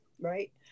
right